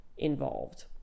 involved